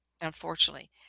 unfortunately